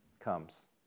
comes